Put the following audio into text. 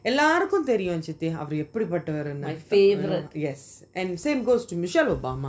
எல்லாருக்கும் தெரியும் சிட்டி அவரு எப்பிடி பட்டவருனு:ellarukum teriyum chitti avaru epidi pattavarunu and the same goes to michelle obama